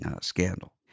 scandal